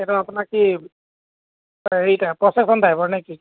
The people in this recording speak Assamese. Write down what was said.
সেইটো আপোনাক কি হেৰি প্ৰচেচন টাইপৰ নেকি